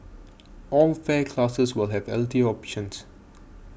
all fare classes will have healthier options